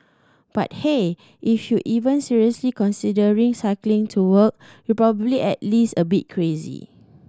but hey if you're even seriously considering cycling to work you're probably at least a bit crazy